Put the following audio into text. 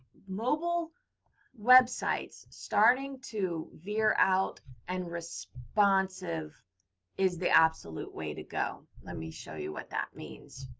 mobile websites starting to veer out and responsive is the absolute way to go. let me show you what that means.